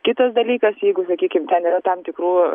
kitas dalykas jeigu sakykim ten yra tam tikrų